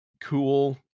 cool